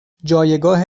جایگاه